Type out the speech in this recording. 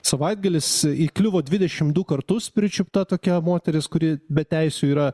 savaitgalis įkliuvo dvidešimt du kartus pričiupta tokia moteris kuri be teisių yra